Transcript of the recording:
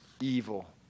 evil